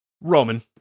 Roman